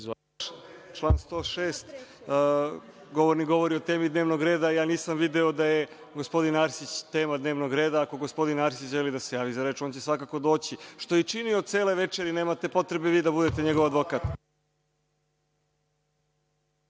Član 106. govornik govori o temi dnevnog reda, a ja nisam video da je gospodin Arsić tema dnevnog reda. Ako gospodin Arsić želi da se javi, on će svakako doći. Što je i činio cele večeri. Nemate potrebe vi da budete njegov advokat.